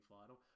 final